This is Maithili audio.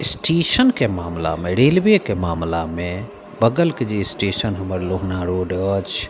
स्टेशनके मामलामे रेलवेके मामलामे बगलके जे स्टेशन हमर लोहना रोड अछि